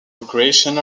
recreation